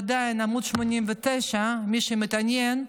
למי שמתעניין,